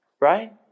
right